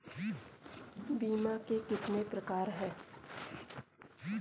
बीमे के कितने प्रकार हैं?